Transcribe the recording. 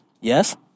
yes